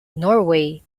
norway